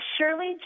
Shirley